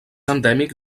endèmic